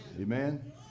Amen